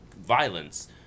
violence